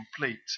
complete